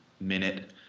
minute